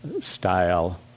style